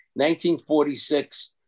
1946